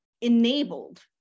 enabled